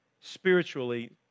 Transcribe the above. Spiritually